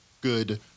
good